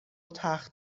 تخت